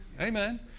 Amen